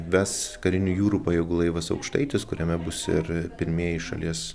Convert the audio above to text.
ves karinių jūrų pajėgų laivas aukštaitis kuriame bus ir pirmieji šalies